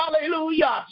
hallelujah